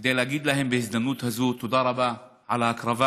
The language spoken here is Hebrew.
כדי להגיד להם בהזדמנות הזאת תודה רבה על ההקרבה